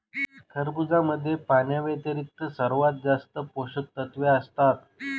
खरबुजामध्ये पाण्याव्यतिरिक्त सर्वात जास्त पोषकतत्वे असतात